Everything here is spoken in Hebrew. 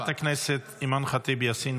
חברת הכנסת אימאן ח'טיב יאסין,